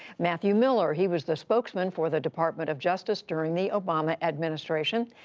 matthew miller, he was the spokesman for the department of justice during the obama administration.